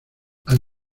han